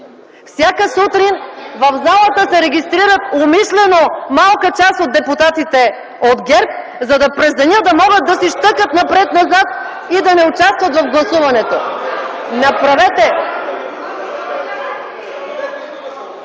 Всяка сутрин в залата се регистрират умишлено малка част от депутатите от ГЕРБ, за да могат през деня да си щъкат напред-назад и да не участват в гласуването. Направете...